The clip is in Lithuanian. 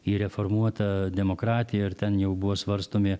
į reformuotą demokratiją ir ten jau buvo svarstomi